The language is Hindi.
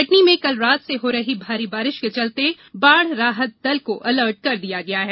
कटनी में कल रात से हो रही भारी बारिश के चलते बाढ़ राहत दल को अलर्ट कर दिया गया है